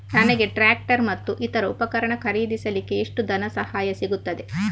ನನಗೆ ಟ್ರ್ಯಾಕ್ಟರ್ ಮತ್ತು ಇತರ ಉಪಕರಣ ಖರೀದಿಸಲಿಕ್ಕೆ ಎಷ್ಟು ಧನಸಹಾಯ ಸಿಗುತ್ತದೆ?